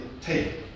Take